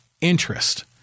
interest